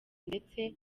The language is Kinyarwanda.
ndetse